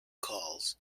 calls